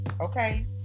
okay